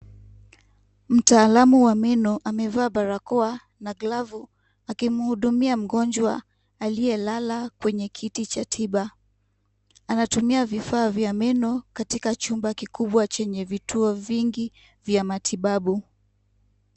Mtaalamu wa meno amevaa barakoa na glavu akimhudumia mgonjwa aliyelala kwenye kiti cha tiba. Anatumia vifaa vya meno katika chumba kikubwa chenye vituo vingi vya matibabu.